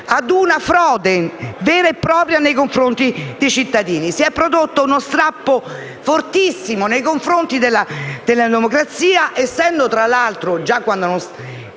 Si è prodotto uno strappo fortissimo nei confronti della democrazia, essendo tra l'altro, anche